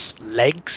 legs